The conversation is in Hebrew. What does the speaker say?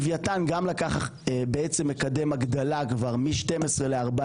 לווייתן בעצם מקדם הגדלה כבר מ-12 ל-14